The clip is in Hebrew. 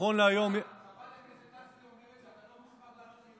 הנחיתי את קמ"ט איו"ש לערוך סיור במקום.